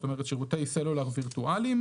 זאת אומרת: שירותי סלולאר וירטואליים,